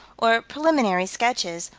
or preliminary sketches,